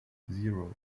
zero